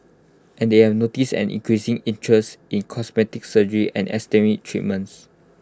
and they have noticed an increasing interest in cosmetic surgery and aesthetic treatments